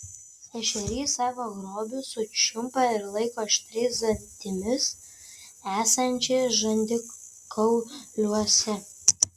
ešerys savo grobį sučiumpa ir laiko aštriais dantimis esančiais žandikauliuose